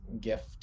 gift